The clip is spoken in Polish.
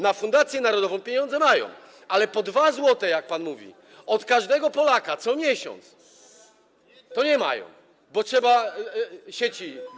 Na fundację narodową pieniądze mają, ale po 2 zł, jak pan mówi, od każdego Polaka co miesiąc to nie mają, bo trzeba sieci.